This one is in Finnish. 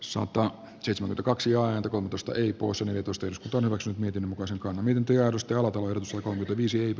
sopua sisun kaksioan kompastui kosonen edustusto vasut miten muka sekaantuminen työllisti alatalo jossa on visioitu